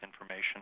information